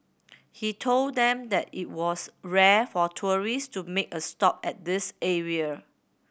he told them that it was rare for a tourist to make a stop at this area